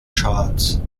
charts